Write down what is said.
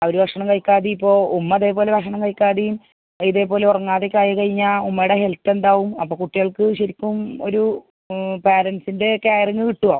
അവര് ഭക്ഷണം കഴിക്കാതെ ഇപ്പോൾ ഉമ്മ ഇതേപോലെ ഭക്ഷണം കഴിക്കാതെയും ഇതേ പോലെ ഉറങ്ങാതെയും ആയി കഴിഞ്ഞാൽ ഉമ്മയുടെ ഹെൽത്ത് എന്താകും അപ്പോൾ കുട്ടികൾക്ക് ശരിക്കും ഒരു പാരൻറ്റ്സിൻ്റെ കേറിംഗ് കിട്ടുമോ